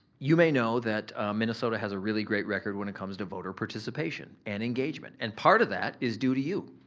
you may know that minnesota has a really great record when it comes to voter participation and engagement and part of that is due to you.